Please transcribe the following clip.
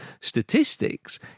statistics